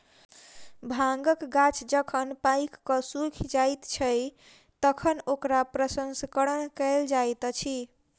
भांगक गाछ जखन पाइक क सुइख जाइत छै, तखन ओकरा प्रसंस्करण कयल जाइत अछि